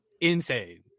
insane